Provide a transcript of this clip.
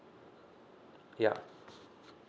yup